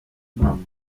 impamo